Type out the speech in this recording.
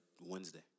Wednesday